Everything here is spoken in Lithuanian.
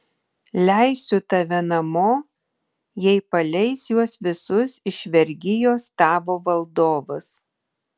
leisiu tave namo jei paleis juos visus iš vergijos tavo valdovas